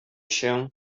się